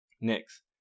Next